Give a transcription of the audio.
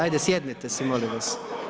Ajde sjednite se, molim vas.